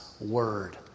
word